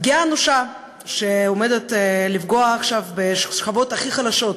פגיעה אנושה שעומדת לפגוע עכשיו בשכבות הכי חלשות,